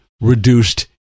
reduced